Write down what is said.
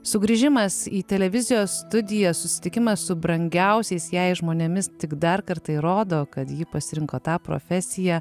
sugrįžimas į televizijos studiją susitikimas su brangiausiais jai žmonėmis tik dar kartą įrodo kad ji pasirinko tą profesiją